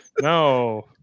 no